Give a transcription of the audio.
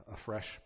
afresh